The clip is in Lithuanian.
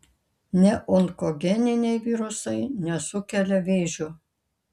neonkogeniniai virusai nesukelia vėžio